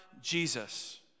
Jesus